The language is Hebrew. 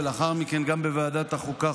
ולאחר מכן גם בוועדת החוקה,